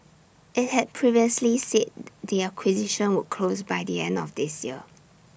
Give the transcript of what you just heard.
IT had previously said the acquisition would close by the end of this year